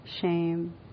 shame